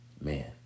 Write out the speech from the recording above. Man